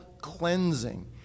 cleansing